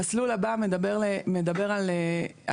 המסלול הבא מדבר על חיזוק.